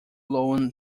loan